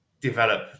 develop